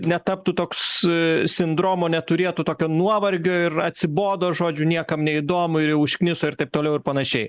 netaptų toks sindromo neturėtų tokio nuovargio ir atsibodo žodžiu niekam neįdomu ir užkniso ir taip toliau ir panašiai